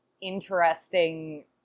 interesting